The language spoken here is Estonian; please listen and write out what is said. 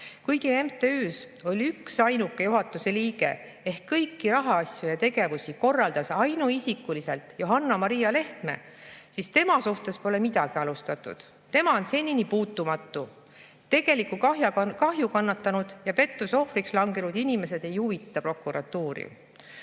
kuigi MTÜ‑s oli üksainuke juhatuse liige ehk kõiki rahaasju ja tegevusi korraldas ainuisikuliselt Johanna-Maria Lehtme, pole tema suhtes midagi alustatud, tema on senini puutumatu, tegeliku kahju kannatanud ja pettuse ohvriks langenud inimesed ei huvita prokuratuuri.